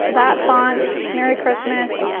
that font, merry christmas.